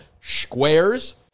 squares